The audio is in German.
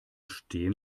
stehen